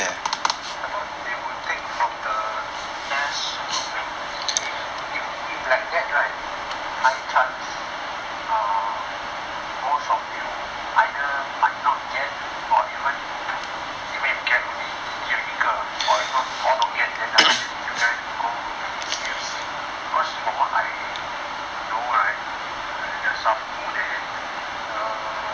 but then I thought they would take from the test eh if if like that right high chance um most of you either might not get or even even if you get only 只有一个 or if not all don't get than the highest you guys will be C_F_C because from what I know right in S_A_F_M_U there are more